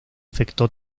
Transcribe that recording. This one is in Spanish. afectó